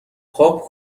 پاپ